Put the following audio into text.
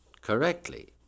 correctly